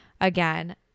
again